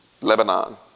Lebanon